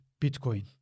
bitcoin